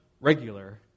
regular